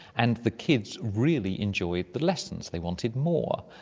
and the kids really enjoyed the lessons, they wanted more,